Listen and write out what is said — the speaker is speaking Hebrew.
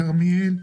כרמיאל,